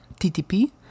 TTP